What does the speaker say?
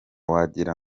wagira